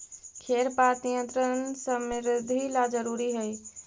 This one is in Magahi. खेर पात नियंत्रण समृद्धि ला जरूरी हई